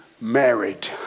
Married